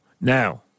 Now